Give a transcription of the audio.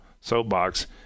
soapbox